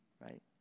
right